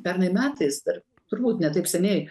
pernai metais dar turbūt ne taip seniai